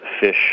fish